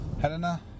Helena